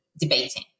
debating